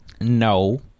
No